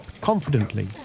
confidently